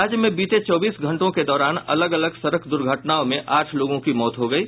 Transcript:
राज्य में बीते चौबीस घंटों के दौरान अलग अलग सड़क दुर्घटनाओं में आठ लोगों की मौत हो गयी